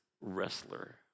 wrestler